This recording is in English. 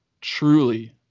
truly